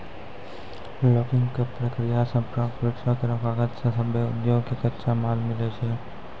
logging क प्रक्रिया सें प्राप्त वृक्षो केरो कागज सें सभ्भे उद्योग कॅ कच्चा माल मिलै छै